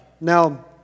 Now